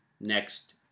next